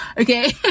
okay